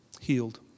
healed